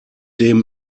dem